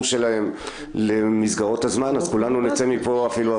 שלהם למסגרות הזמן אז כולנו נצא מפה אפילו הרבה לפני כן.